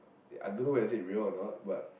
I don't know whether is it real or not but